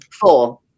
Four